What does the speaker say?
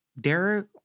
Derek